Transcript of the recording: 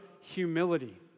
humility